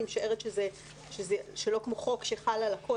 אני משערת שזה לא כמו חוק שחל על הכול